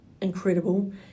incredible